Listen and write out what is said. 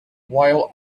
while